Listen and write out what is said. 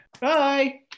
Bye